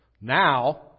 Now